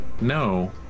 No